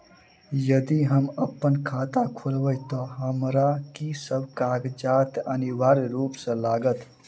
यदि हम अप्पन खाता खोलेबै तऽ हमरा की सब कागजात अनिवार्य रूप सँ लागत?